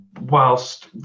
whilst